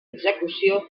execució